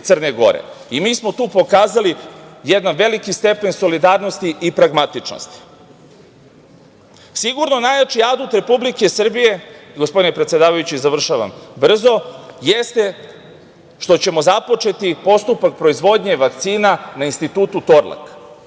Mi smo tu pokazali jedan veliki stepen solidarnosti i pragmatičnosti. Sigurno najjači adut Republike Srbije, gospodine predsedavajući, završavam brzo, jeste što ćemo započeti postupak proizvodnje vakcina na Institutu